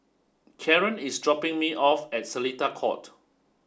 Karen is dropping me off at Seletar Court